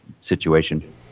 situation